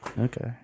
okay